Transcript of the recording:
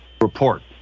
report